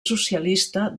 socialista